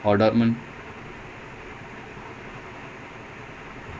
they they haven't I don't know I'm not sure